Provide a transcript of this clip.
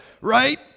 right